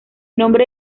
nombre